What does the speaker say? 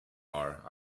bar